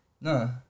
No